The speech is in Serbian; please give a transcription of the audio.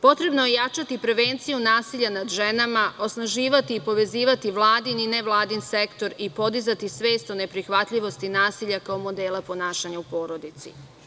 Potrebno je ojačati prevenciju nasilja nad ženama, osnaživati i povezivati vladin i nevladin sektor i podizati svest o neprihvatljivosti nasilja kao modela ponašanja u porodici.